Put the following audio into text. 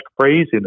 craziness